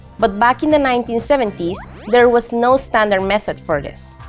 but back in the nineteen seventy s there was no standard method for this.